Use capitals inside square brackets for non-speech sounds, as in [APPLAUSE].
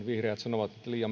[UNINTELLIGIBLE] vihreät sanovat että liian